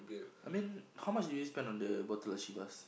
I mean how much did we spend on the bottle of Chivas